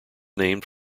named